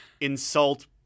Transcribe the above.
insult